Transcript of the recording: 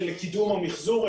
של קידום המחזור,